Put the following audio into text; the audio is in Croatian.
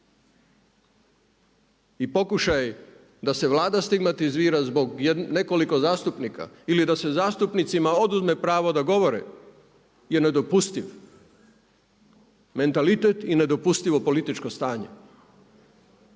I pokušaj da se Vlada stigmatizira zbog nekoliko zastupnika ili da se zastupnicima oduzme pravo da govore je nedopustivo, mentalitet i nedopustivo političko stanje.